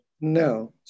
No